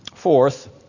Fourth